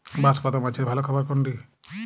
বাঁশপাতা মাছের ভালো খাবার কোনটি?